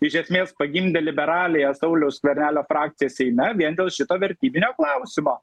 iš esmės pagimdė liberaliąją sauliaus skvernelio frakciją seime vien dėl šito vertybinio klausimo